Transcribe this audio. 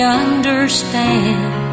understand